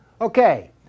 Okay